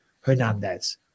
Hernandez